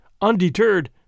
Undeterred